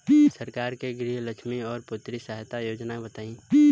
सरकार के गृहलक्ष्मी और पुत्री यहायता योजना बताईं?